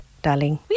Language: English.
Darling